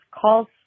calls